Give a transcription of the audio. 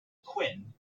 quinn